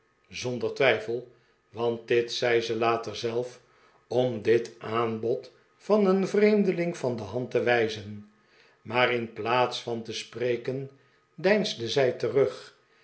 om dit aanbod van een vreemdeling van de hand te wijzehj maar in plaats van te spreken deinsde zij terug